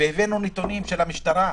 והבאנו נתונים של המשטרה: